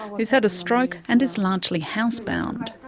who's had a stroke and is largely housebound.